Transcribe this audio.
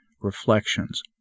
Reflections